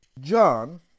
John